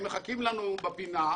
הם מחכים לנו בפינה,